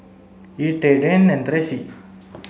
Ettie Dayne and Tracy